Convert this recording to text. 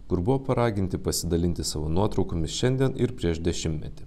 kur buvo paraginti pasidalinti savo nuotraukomis šiandien ir prieš dešimtmetį